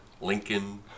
Lincoln